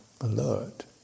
alert